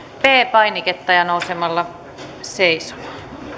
p painiketta ja nousemalla seisomaan